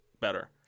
better